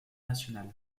national